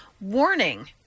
Warning